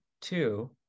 two